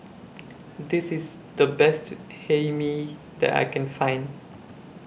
This IS The Best Hae Mee that I Can Find